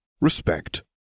respect